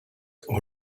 were